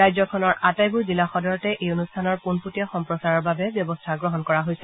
ৰাজ্যখনৰ আটাইবোৰ জিলা সদৰতে এই অনুষ্ঠানৰ পোনপটীয়া সম্প্ৰচাৰৰ বাবে ব্যৱস্থা গ্ৰহণ কৰা হৈছে